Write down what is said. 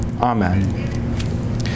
Amen